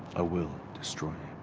i will destroy him.